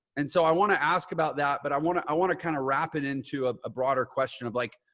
and so i want to ask about that, but i want to, i want to kind of wrap it into a broader question of like,